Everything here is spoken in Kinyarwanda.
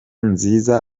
nziza